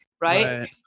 right